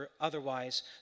otherwise